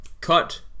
cut